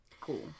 cool